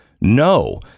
no